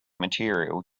material